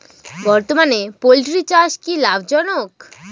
বর্তমানে পোলট্রি চাষ কি লাভজনক?